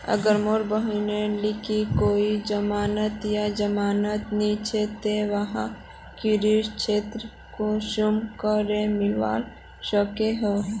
अगर मोर बहिनेर लिकी कोई जमानत या जमानत नि छे ते वाहक कृषि ऋण कुंसम करे मिलवा सको हो?